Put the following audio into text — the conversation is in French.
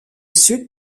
sud